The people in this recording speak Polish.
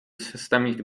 systemik